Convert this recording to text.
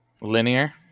linear